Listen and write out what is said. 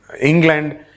England